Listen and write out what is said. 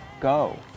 go